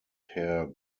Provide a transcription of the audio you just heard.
herr